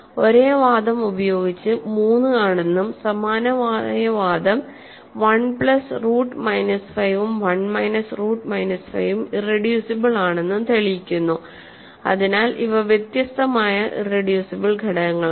ഒരേ വാദം ഉപയോഗിച്ച് 3 ആണെന്നും സമാനമായ വാദം 1 പ്ലസ് റൂട്ട് മൈനസ് 5 ഉം 1 മൈനസ് റൂട്ട് മൈനസ് 5 ഉം ഇറെഡ്യൂസിബിൾ ആണെന്ന് തെളിയിക്കുന്നു അതിനാൽ ഇവ വ്യത്യസ്തമായ ഇറെഡ്യൂസിബിൾ ഘടകങ്ങളാണ്